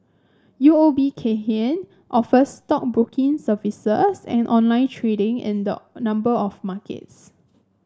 U O B Kay Hian offers stockbroking services and online trading in the number of markets